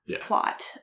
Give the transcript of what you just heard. plot